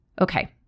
Okay